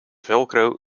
velcro